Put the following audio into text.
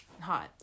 Hot